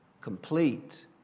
complete